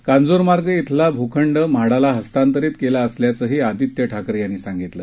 कांजूरमार्ग इथला भूखंड म्हाडाला हस्तांतरित केला असल्याचंही आदित्य ठाकरे यांनी सांगितंल